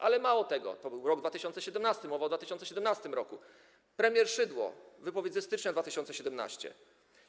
Ale mało tego, to był rok 2017, mowa jest o 2017 r. Premier Szydło, wypowiedź ze stycznia 2017 r.